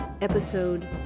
Episode